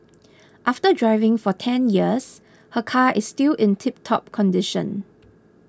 after driving for ten years her car is still in tiptop condition